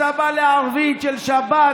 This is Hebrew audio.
אתה בא לערבית של שבת,